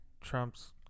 trump's